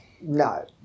No